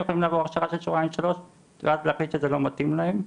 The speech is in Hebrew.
הם יכולים לעבור הכשרה של שבועיים-שלוש ואז להחליט שזה לא מתאים להם,